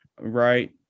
right